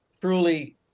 truly